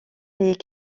est